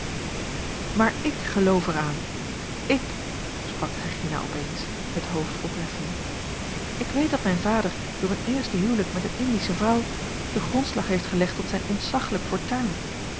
maar ik geloof er aan ik sprak regina opeens het hoofd opheffende ik weet dat mijn vader door een eerste huwelijk met eene indische vrouw den grondslag heeft gelegd tot zijn ontzaglijk fortuin